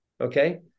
Okay